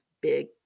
big